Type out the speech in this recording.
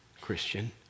Christian